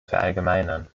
verallgemeinern